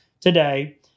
today